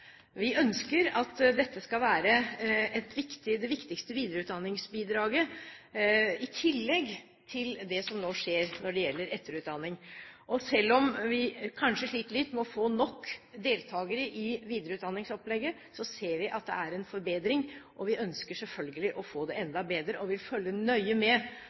Vi ønsker at dette skal være det viktigste videreutdanningsbidraget, i tillegg til det som nå skjer når det gjelder etterutdanning. Selv om vi kanskje sliter litt med å få nok deltakere i videreutdanningsopplegget, ser vi at det er en forbedring. Vi ønsker selvfølgelig å få det enda bedre og vil følge nøye med,